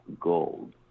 gold